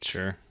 Sure